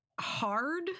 hard